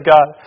God